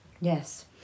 Yes